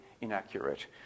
inaccurate